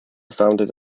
founded